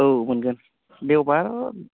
औ मोनगोन देवबार